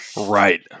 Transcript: Right